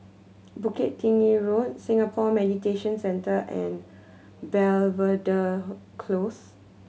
Bukit Tinggi Road Singapore Mediation Centre and Belvedere Close